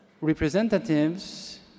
representatives